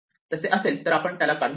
तसे असेल तर आपण त्याला काढून टाकू